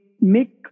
make